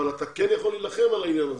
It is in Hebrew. אתה כן יכול להילחם על העניין הזה.